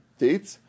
dates